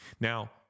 Now